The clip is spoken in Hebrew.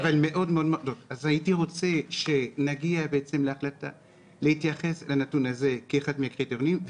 אז הייתי רוצה שנגיע להחלטה להתייחס לנתון הזה כאחד מהקריטריונים,